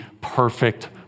perfect